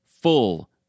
full